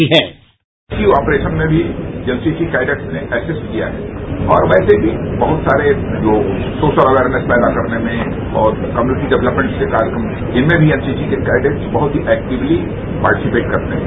sound bite operation में भी NCC cadets ने एक्सिस्ट किया है और वैसे भी बहत सारे लोग सोशल अवेयरनेस पैदा करने में और कम्युनिटी डवलेपमेंट के कार्यक्रम इनमें भी एनसीसी के कैडेट्स बहुत ही एक्टिवली पार्टिसिपेट करते है